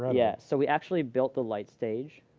yeah yeah so we actually built the light stage.